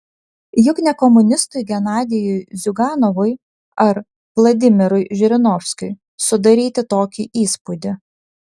juk ne komunistui genadijui ziuganovui ar vladimirui žirinovskiui sudaryti tokį įspūdį